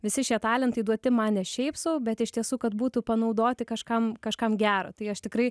visi šie talentai duoti man ne šiaip sau bet iš tiesų kad būtų panaudoti kažkam kažkam gero tai aš tikrai